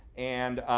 and